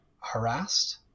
harassed